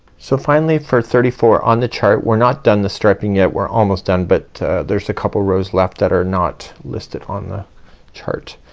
so finally for thirty four on the chart, we're not done the striping yet. we're almost done but there's a couple rows left that are not listed on the chart.